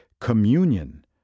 communion